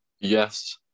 Yes